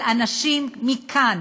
על אנשים מכאן,